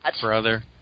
brother